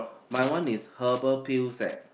my one is herbal pills eh